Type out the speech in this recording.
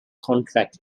contract